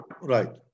Right